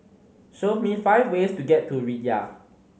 show me five ways to get to Riyadh